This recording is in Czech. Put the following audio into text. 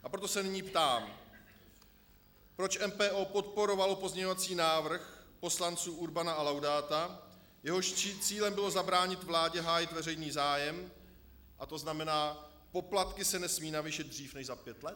A proto se nyní ptám: Proč MPO podporovalo pozměňovací návrh poslanců Urbana a Laudáta, jehož cílem bylo zabránit vládě hájit veřejný zájem, a to znamená, poplatky se nesmí navýšit dřív než za pět let?